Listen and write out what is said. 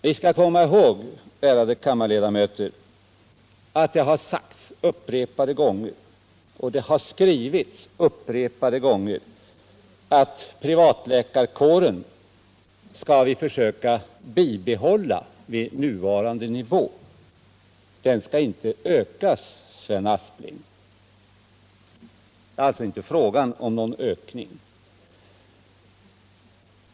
Vi skall komma ihåg, ärade kammarledamöter, att det upprepade gånger har sagts och skrivits att privatläkarkåren skall vi försöka bibehålla vid nuvarande nivå. Det är alltså inte fråga om någon ökning.